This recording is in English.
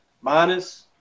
minus